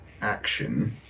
action